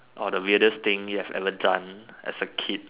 or the weirdest thing you have ever done as a kid